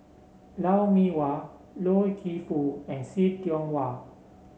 Lou Mee Wah Loy Keng Foo and See Tiong Wah